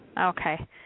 Okay